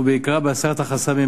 ובעיקר בהסרת החסמים.